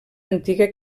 antiga